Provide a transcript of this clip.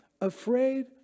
Afraid